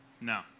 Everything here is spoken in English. No